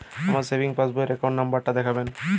আমার সেভিংস পাসবই র অ্যাকাউন্ট নাম্বার টা দেখাবেন?